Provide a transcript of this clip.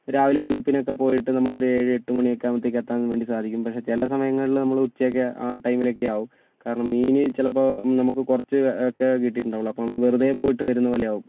രാവിലെ വെളുപ്പിനൊക്കെ പോയിട്ട് നമ്മളൊരു ഏഴ് എട്ട് മണിയൊക്കെ ആകുമ്പോഴത്തേക്കും എത്താൻ വേണ്ടി സാധിക്കും പക്ഷെ ചില സമയങ്ങളിൽ നമ്മൾ ഉച്ചയൊക്കെ ആ ടൈമിലൊക്കെ ആകും കാരണം മീൻ ചിലപ്പോൾ നമുക്ക് കുറച്ചൊക്കെ കിട്ടിയിട്ടുണ്ടാവുകയുള്ളു അപ്പോൾ നമ്മൾ വെറുതെ പോയിട്ട് വരുന്നതു പോലെയാകും